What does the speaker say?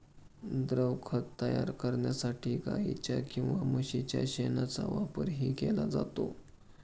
द्रवखत तयार करण्यासाठी गाईच्या किंवा म्हशीच्या शेणाचा वापरही केला जातो